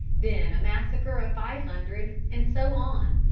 then a massacre of five hundred, and so on,